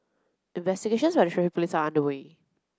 investigations Traffic Police are underway